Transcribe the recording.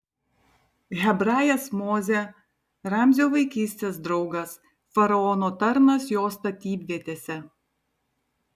hebrajas mozė ramzio vaikystės draugas faraono tarnas jo statybvietėse